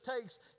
takes